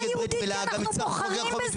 ברית מילה אז גם יצטרכו לחוקק מילה.